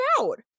out